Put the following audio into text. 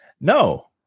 No